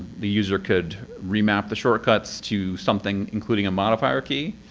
the user could remap the shortcuts to something including a modifier key.